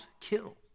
kill